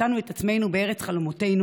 מצאנו את עצמנו בארץ חלומותינו,